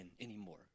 anymore